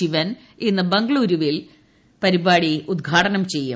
ശിവൻ ഇന്ന് ബംഗ്ളുരൂവിൽ ഇന്ന് പരിപാടി ഉദ്ഘാടനം ചെയ്യും